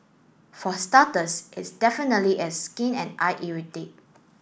for starters it's definitely a skin and eye irritate